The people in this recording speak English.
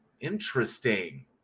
Interesting